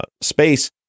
space